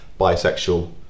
bisexual